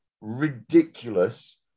ridiculous